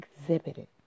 exhibited